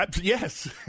yes